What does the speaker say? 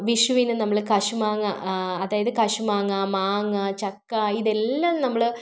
വിഷുവിന് നമ്മള് കശുമാങ്ങ അതായത് കശുമാങ്ങ മാങ്ങ ചക്ക ഇതെല്ലാം നമ്മൾ